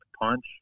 punch